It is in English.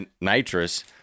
nitrous